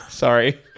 Sorry